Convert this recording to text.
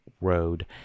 Road